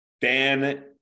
Dan